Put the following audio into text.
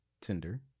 Tinder